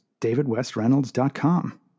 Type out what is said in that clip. davidwestreynolds.com